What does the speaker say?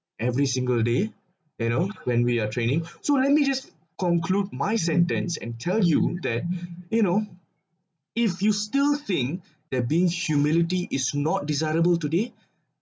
every single day you know when we are training so let me just conclude my sentence and tell you that you know if you still think they're being humility is not desirable today